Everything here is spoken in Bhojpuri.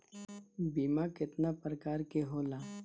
बीमा केतना प्रकार के होला?